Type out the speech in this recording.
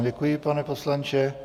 Děkuji vám, pane poslanče.